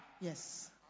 Yes